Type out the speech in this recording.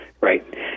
Right